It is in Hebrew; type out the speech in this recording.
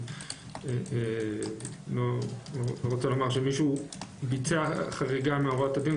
אני לא רוצה לומר שמישהו ביצע חריגה מהוראות הדין,